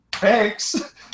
Thanks